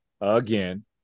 again